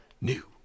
New